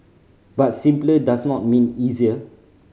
but simpler does not mean easier